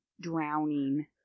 Drowning